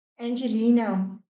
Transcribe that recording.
Angelina